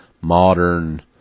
modern